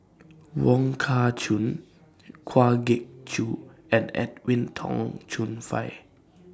Wong Kah Chun Kwa Geok Choo and Edwin Tong Chun Fai